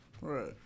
Right